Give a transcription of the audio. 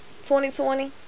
2020